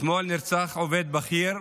אתמול נרצח עובד בכיר,